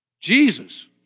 Jesus